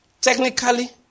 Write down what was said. Technically